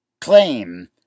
claim